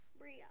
Bria